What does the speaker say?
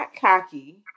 cocky